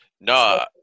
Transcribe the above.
No